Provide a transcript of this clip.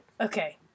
Okay